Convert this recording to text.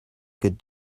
could